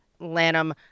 Lanham